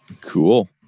Cool